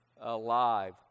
alive